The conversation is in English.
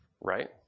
Right